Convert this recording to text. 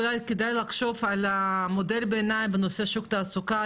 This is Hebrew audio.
אולי כדאי לחשוב על מודל ביניים בנושא שוק התעסוקה,